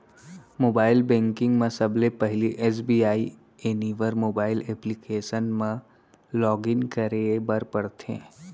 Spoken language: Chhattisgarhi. मोबाइल बेंकिंग म सबले पहिली एस.बी.आई एनिवर मोबाइल एप्लीकेसन म लॉगिन करे बर परथे